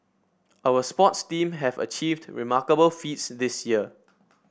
our sports team have achieved remarkable feats this year